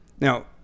Now